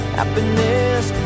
Happiness